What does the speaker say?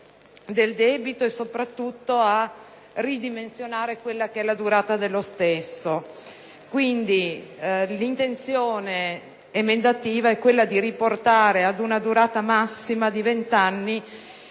del debito e soprattutto a ridimensionare la durata dello stesso. Quindi, l'intenzione emendativa è quella di riportare ad una durata massima di 20 anni